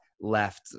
left